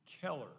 Keller